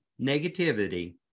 negativity